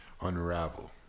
unravel